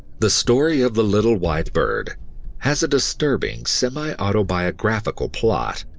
the story of the little white bird has a disturbing semi-autobiographical plot.